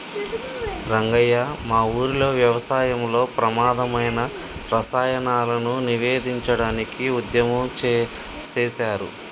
రంగయ్య మా ఊరిలో వ్యవసాయంలో ప్రమాధమైన రసాయనాలను నివేదించడానికి ఉద్యమం సేసారు